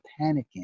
panicking